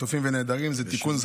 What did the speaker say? חטופים ונעדרים (תיקון,